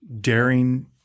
daring